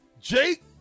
Jake